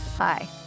Hi